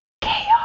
Chaos